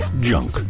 Junk